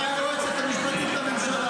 בעבר היועצת המשפטית לממשלה